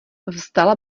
vstala